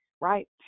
Right